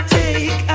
take